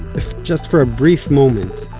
if just for a brief moment,